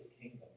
kingdom